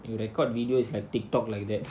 you record video is like TikTok like that